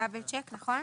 בדיקה חוזרת ולכן